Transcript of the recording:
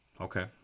Okay